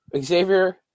Xavier